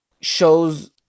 shows –